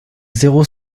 zéro